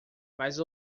mais